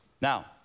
Now